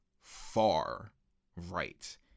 far-right